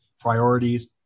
priorities